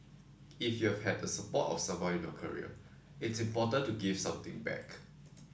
if you've had the support of someone in your career it's important to give something back